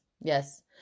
yes